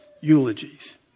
Eulogies